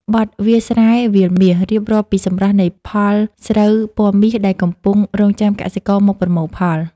បទ «វាលស្រែវាលមាស» រៀបរាប់ពីសម្រស់នៃផលស្រូវពណ៌មាសដែលកំពុងរង់ចាំកសិករមកប្រមូលផល។